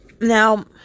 now